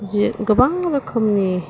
जि गोबां रोखोमनि